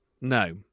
No